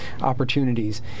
opportunities